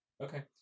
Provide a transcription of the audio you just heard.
Okay